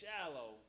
shallow